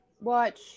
watch